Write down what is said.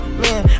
man